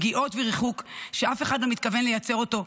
פגיעות וריחוק שאף אחד לא מתכוון לייצר אותו,